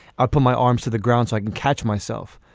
i put my arms to the ground so i can catch myself.